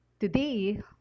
Today